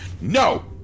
No